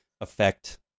affect